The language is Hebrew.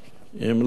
אם לא ידוע,